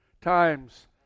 times